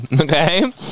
okay